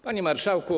Panie Marszałku!